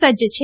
સજ્જ છે